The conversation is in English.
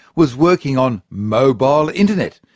was working on mobile internet.